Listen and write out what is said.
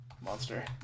monster